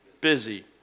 Busy